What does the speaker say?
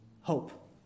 hope